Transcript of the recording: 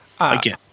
Again